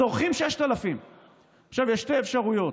צורכים 6,000. יש שתי אפשריות: